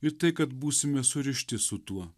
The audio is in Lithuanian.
ir tai kad būsime surišti su tuo